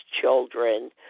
children